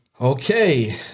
okay